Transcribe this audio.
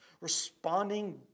responding